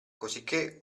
cosicché